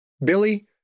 Billy